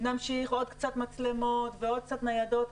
נמשיך עוד קצת מצלמות ועוד קצת ניידות,